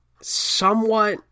somewhat